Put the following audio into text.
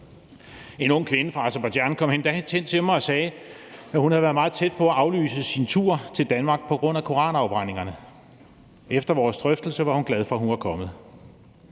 En ung kvinde fra Aserbajdsjan kom endda hen til mig og sagde, at hun havde været meget tæt på at aflyse sin tur til Danmark på grund af koranafbrændingerne, men at hun efter vores drøftelser var glad for, at hun var kommet.